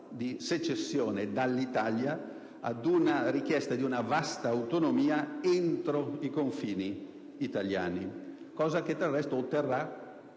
di secessione dall'Italia alla richiesta di una vasta autonomia entro i confini italiani; cosa che del resto otterrà